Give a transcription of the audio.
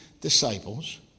disciples